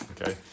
Okay